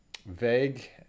vague